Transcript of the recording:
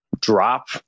drop